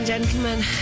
gentlemen